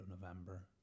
November